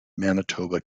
manitoba